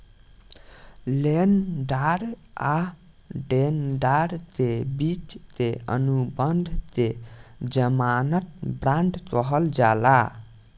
लेनदार आ देनदार के बिच के अनुबंध के ज़मानत बांड कहल जाला